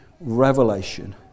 revelation